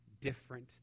different